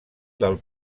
del